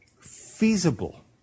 feasible